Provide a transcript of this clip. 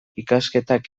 ikasketak